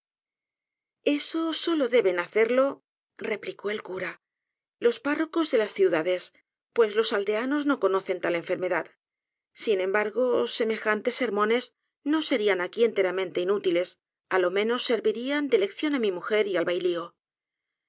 eso solo deben hacerlo replicó el cura los párrocos de las ciudades pues los aldeanos no conocen tal enfermedad sin embargo semejantes sermones no serian aqui enteramente inútiles á lo menos scrviriande lección á mi mujer y